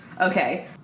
Okay